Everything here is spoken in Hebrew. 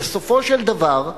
וסופו של דבר,